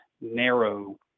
narrow